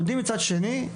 מצד שני,